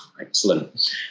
Excellent